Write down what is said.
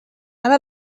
على